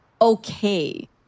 okay